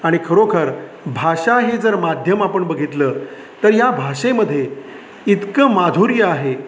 आणि खरोखर भाषा हे जर माध्यम आपण बघितलं तर या भाषेमध्ये इतकं माधुर्य आहे